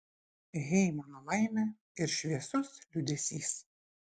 hey mano laime ir šviesus liūdesys